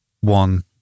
one